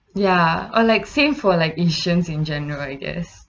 ya or like save for like asians in general I guess